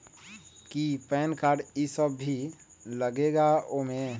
कि PAN card इ सब भी लगेगा वो में?